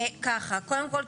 ככה: קודם כל,